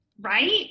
Right